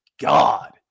God